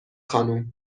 خانم